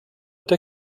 der